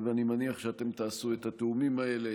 אני מניח שאתם תעשו את התיאומים האלה.